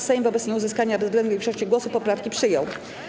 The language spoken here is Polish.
Sejm wobec nieuzyskania bezwzględnej większości głosów poprawki przyjął.